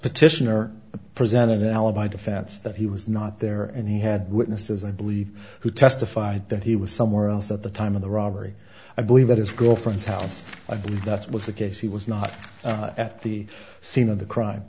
petitioner presented an alibi defense that he was not there and he had witnesses i believe who testified that he was somewhere else at the time of the robbery i believe that his girlfriend's house i believe that's was the case he was not at the scene of the crime